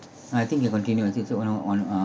I think you continue and say so on on uh